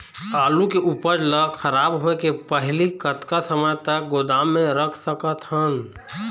आलू के उपज ला खराब होय के पहली कतका समय तक गोदाम म रख सकत हन?